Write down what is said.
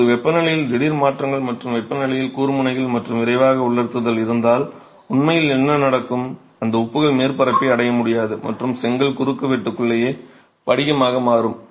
இப்போது வெப்பநிலையில் திடீர் மாற்றங்கள் மற்றும் வெப்பநிலையில் கூர்முனைகள் மற்றும் விரைவாக உலர்த்துதல் இருந்தால் உண்மையில் என்ன நடக்கும் அந்த உப்புகள் மேற்பரப்பை அடைய முடியாது மற்றும் செங்கல் குறுக்குவெட்டுக்குள்ளேயே படிகமாக மாறும்